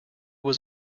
was